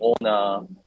owner